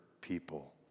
people